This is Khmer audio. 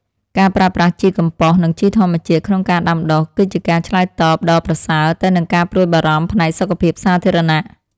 ការប្រើប្រាស់ជីកំប៉ុស្តនិងជីធម្មជាតិក្នុងការដាំដុះ គឺជាការឆ្លើយតបដ៏ប្រសើរទៅនឹងការព្រួយបារម្ភផ្នែកសុខភាពសាធារណៈ។